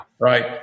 Right